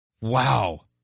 Wow